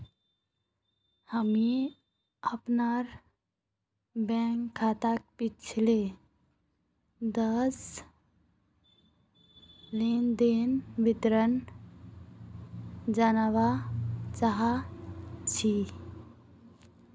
हामी अपनार बैंक खाताक पिछला दस लेनदनेर विवरण जनवा चाह छि